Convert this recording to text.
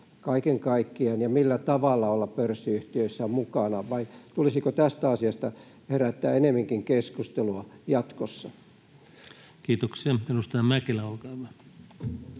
kaiken kaikkiaan, ja millä tavalla olla pörssiyhtiöissä mukana, vai tulisiko tästä asiasta herättää enemmänkin keskustelua jatkossa? Kiitoksia. — Edustaja Mäkelä, olkaa hyvä.